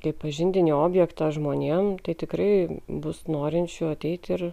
kaip pažintinį objektą žmonėms tai tikrai bus norinčių ateiti ir